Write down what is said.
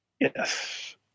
Yes